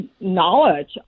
knowledge